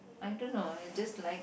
I don't know I just like